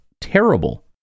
terrible